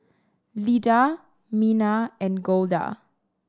Lida Mina and Golda